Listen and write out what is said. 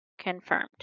confirmed